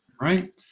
right